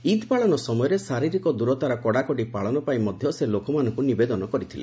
ଇଦ୍ ପାଳନ ସମୟରେ ଶାରୀରିକ ଦୂରତାର କଡ଼ାକଡ଼ି ପାଳନ ପାଇଁ ମଧ୍ୟ ସେ ଲୋକମାନଙ୍କୁ ନିବେଦନ କରିଥିଲେ